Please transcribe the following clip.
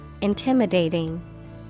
intimidating